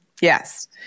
Yes